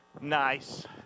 nice